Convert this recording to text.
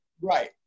right